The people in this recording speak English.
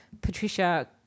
Patricia